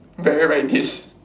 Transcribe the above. very like this